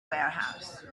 warehouse